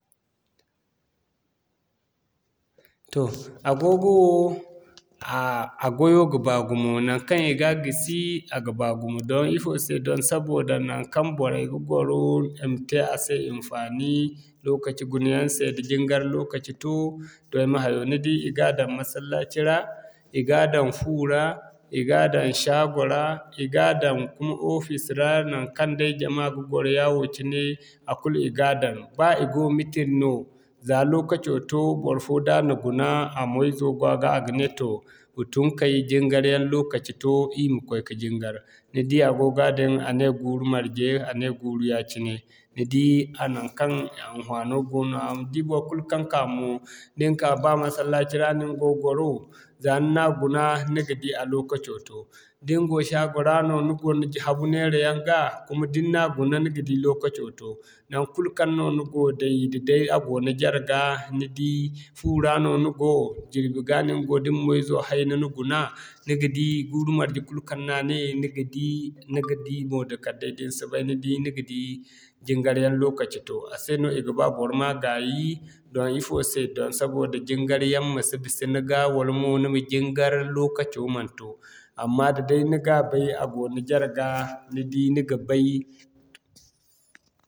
Toh agogo wo a gwayo ga baa gumo. Naŋkaŋ i ga gisi a ga baa gumo don ifo se don sabida naŋkaŋ boray ga gwaro, i ma te a se hinfaani lokaci guna yaŋ se da jingar lokaci to, toh ay ma hayo. Ni di i ga daŋ masallaci ra, i ga daŋ fu ra, i ga daŋ shago ra, i ga daŋ kuma ofis ra, naŋkaŋ day jama ga gwaro yawo cine a kulu i ga daŋ. Ba i go mitir no, za lokaco to barfo da a na guna, a mo izo go a ga, a ga ne to wa tun kay jingar yaŋ lokaci to ir ma koy ka jingar. Ni di agoga din a ne guuru marje, a ne guuru ya-cine ni di a naŋkaŋ i hinfaano go nooya ma di baikulu kaŋ ka mo, da ni ka ba ba masallaci ra no ni go gwaro, za ni na guna ni ga di a lokaco to. Da ni go shago ra no, ni go ni habu neera yaŋ ga, kuma da ni na guna ni ga di lokaco to. Naŋkul kaŋ no ni go day da'day a go ni jarga ni di, fu ra no ni go, jirbi ga no ni go da ni mo izo hay ni na guna ni ga di guuru marje kul kaŋ no a ne ni ga di, ni ga di mo da kala day din si bay ni ga di, jingar yaŋ lokaci to. A se no i ga ba bor ma gaayi, don ifo se don sabida jingar yaŋ masi bisa ni ga wala mo ni ma jingar lokaco man to. Amma da'day ni ga bay a go ni jarga, ni di ni ga bay.